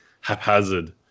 haphazard